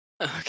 okay